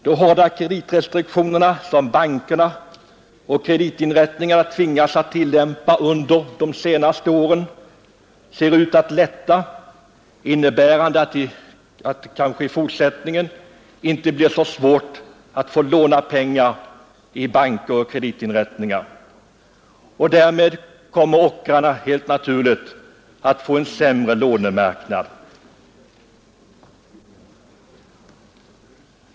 De hårda kreditrestriktioner som bankerna och kreditinrättningarna tvingats att tillämpa under de senaste åren ser också ut att lätta, vilket innebär att det i fortsättningen kanske inte blir så svårt att låna pengar i banker och kreditinrättningar, och därmed kommer ockrarna helt naturligt att få en sämre lånemarknad.